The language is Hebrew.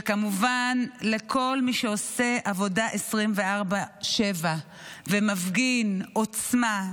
וכמובן לכל מי שעושה עבודה 24/7 ומפגין עוצמה,